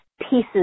pieces